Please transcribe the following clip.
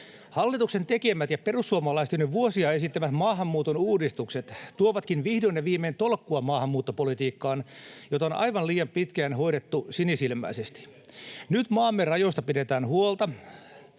Hallituksen tekemät ja perussuomalaisten jo vuosia esittämät maahanmuuton uudistukset tuovatkin vihdoin ja viimein tolkkua maahanmuuttopolitiikkaan, jota on aivan liian pitkään hoidettu sinisilmäisesti. Nyt maamme rajoista pidetään huolta,